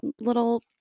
little